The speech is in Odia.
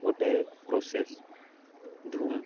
ଗୋଟେ ପ୍ରୋସେସ ଧୁମ